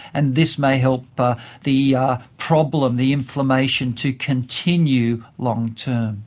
and this may help but the problem, the inflammation to continue long-term.